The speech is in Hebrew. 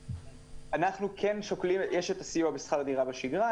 יש את הסיוע בשכר דירה בשגרה,